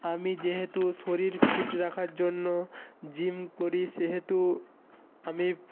আমি যেহেতু শরীর ফিট রাখার জন্য জিম করি সেহেতু আমি